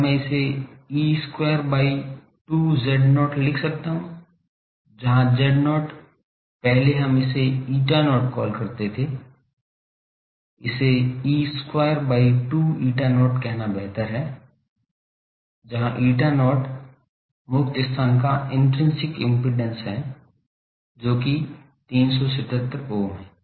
क्या मैं इसे E square by 2 Z0 लिख सकता हूं जहां Z0 पहले हम इसे eta not कॉल करते थे इसे E square by 2 eta not कहना बेहतर है जहां eta not मुक्त स्थान का इन्ट्रिंसिक इम्पीडेन्स है जो कि 377 ओम है